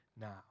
now